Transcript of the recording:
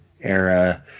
era